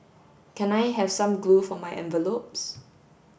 can I have some glue for my envelopes